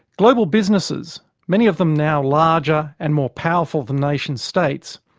global businesses, many of them now larger and more powerful than nation states,